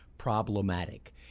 problematic